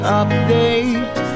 update